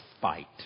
fight